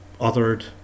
othered